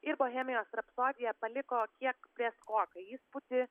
ir bohemijos rapsodija paliko kiek prėskoką įspūdį